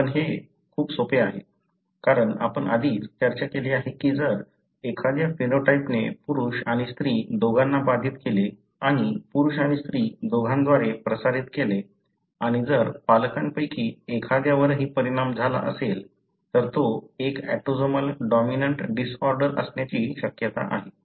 हे खूप सोपे आहे कारण आपण आधीच चर्चा केली आहे की जर एखाद्या फेनोटाइपने पुरुष आणि स्त्री दोघांना बाधित केले आणि पुरुष आणि स्त्री दोघांद्वारे प्रसारित केले आणि जर पालकांपैकी एखाद्यावरही परिणाम झाला असेल तर तो एक ऑटोसोमल डॉमिनंट डिसऑर्डर असण्याची शक्यता आहे